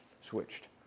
switched